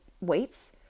weights